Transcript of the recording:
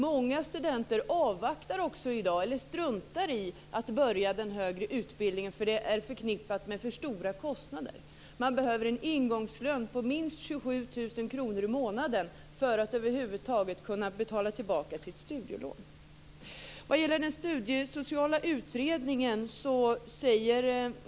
Många studenter avvaktar också i dag eller struntar i att börja den högre utbildningen. Det är förknippat med för stora kostnader. Man behöver en ingångslön på minst 27 000 kr i månaden för att över huvud taget kunna betala tillbaka sitt studielån.